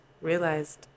realized